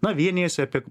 na vienijasi apie